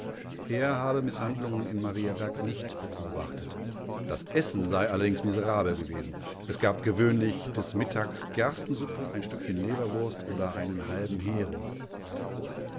er habe mißhandlungen in mariaberg nicht beobachtet das essen sei allerdings miserabel gewesen es gab gewöhnlich des mittags gerstensuppe ein stückchen leberwurst oder einen halben hering